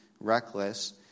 reckless